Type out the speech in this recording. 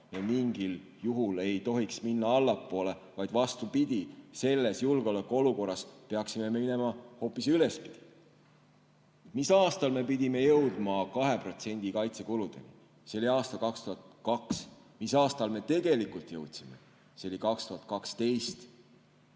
mingil juhul minna allapoole, vaid vastupidi, selles julgeolekuolukorras peaksime me minema hoopis ülespoole. Mis aastal me pidime jõudma kaitsekuludega 2%‑ni? See oli aasta 2002. Mis aastal me selleni tegelikult jõudsime? See oli aasta